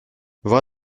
voir